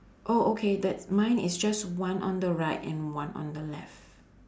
oh okay that mine is just one on the right and one on the left